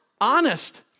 Honest